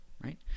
right